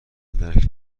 درک